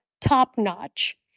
top-notch